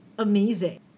Amazing